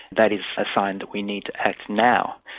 that is a sign that we need to act now.